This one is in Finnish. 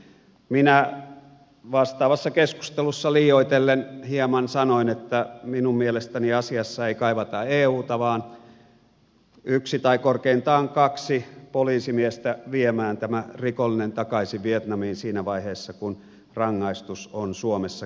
minä vastaavassa keskustelussa hieman liioitellen sanoin että minun mielestäni asiassa ei kaivata euta vaan yhtä tai korkeintaan kahta poliisimiestä viemään tämä rikollinen takaisin vietnamiin siinä vaiheessa kun rangaistus on suomessa kärsitty